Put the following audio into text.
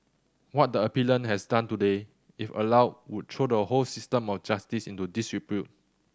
what the appellant has done today if allowed would throw the whole system of justice into disrepute